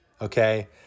okay